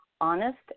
honest